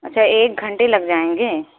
اچھا ایک گھنٹے لگ جائیں گے